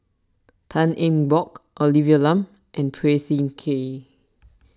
Tan Eng Bock Olivia Lum and Phua Thin Kiay